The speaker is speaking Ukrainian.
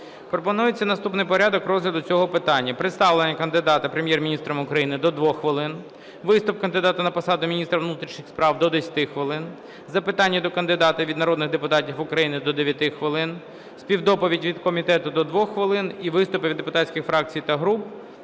Пропонується наступний порядок розгляду цього питання: представлення кандидата Прем'єр-міністром України – до 2 хвилин, виступ кандидата на посаду міністра внутрішніх справ – до 10 хвилин, запитання до кандидата від народних депутатів України – до 9 хвилин, співдоповідь від комітету – до 2 хвилин і виступи від депутатських фракцій та груп,